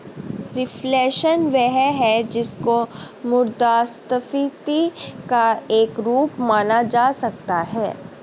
reflation वह है जिसको मुद्रास्फीति का एक रूप माना जा सकता है